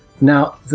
Now